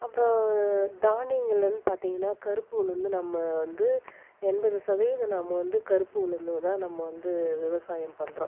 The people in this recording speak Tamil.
அப்புறம் தானியங்களுன்னு பார்த்தீங்கனா கருப்பு உளுந்து நம்ம வந்து எண்பது சதவீதம் நாம வந்து கருப்பு உளுந்து தான் நம்ம வந்து விவசாயம் பண்ணுறோம்